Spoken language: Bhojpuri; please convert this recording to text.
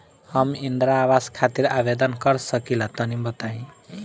हम इंद्रा आवास खातिर आवेदन कर सकिला तनि बताई?